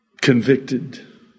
convicted